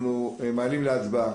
אנחנו מעלים להצבעה